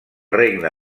regne